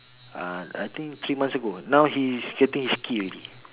uh I think three months ago now he's getting his key already